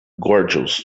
gorgeous